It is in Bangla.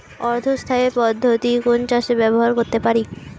অর্ধ স্থায়ী পদ্ধতি কোন চাষে ব্যবহার করতে পারি?